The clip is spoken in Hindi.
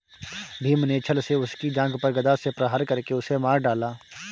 भीम ने छ्ल से उसकी जांघ पर गदा से प्रहार करके उसे मार डाला